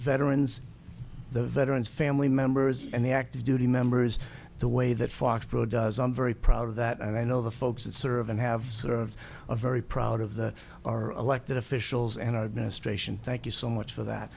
veterans the veterans family members and the active duty members the way that foxboro does i'm very proud of that and i know the folks that serve and have served are very proud of the our elected officials and i ministration thank you so much for that